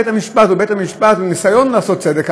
בית-המשפט הוא בית-משפט עם ניסיון לעשות צדק,